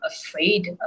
afraid